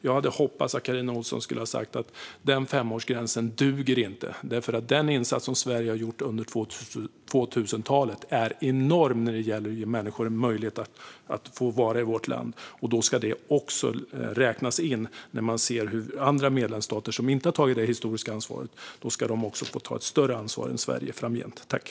Jag hade hoppats att hon skulle ha sagt att femårsgränsen inte duger. Den insats som Sverige har gjort under 2000-talet är enorm när det gäller att ge människor möjlighet att vara i vårt land, och då ska detta också räknas in, så att medlemsstater som historiskt inte har tagit det ansvaret ska få ta ett större ansvar än Sverige framöver.